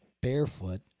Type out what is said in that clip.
barefoot